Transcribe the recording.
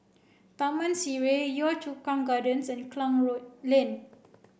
Taman Sireh Yio Chu Kang Gardens and Klang Road Lane